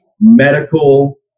medical